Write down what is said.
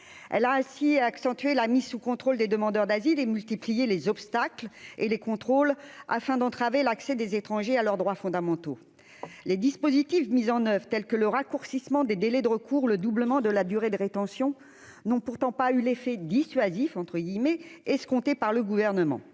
elle a ainsi accentuer la mise sous contrôle des demandeurs d'asile et multiplier les obstacles et les contrôles afin d'entraver l'accès des étrangers à leurs droits fondamentaux, les dispositifs mis en oeuvre, tels que le raccourcissement des délais de recours, le doublement de la durée de rétention n'ont pourtant pas eu l'effet dissuasif, entre guillemets,